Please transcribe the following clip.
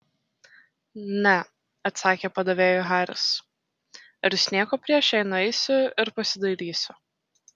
ne atsakė padavėjui haris ar jūs nieko prieš jei nueisiu ir pasidairysiu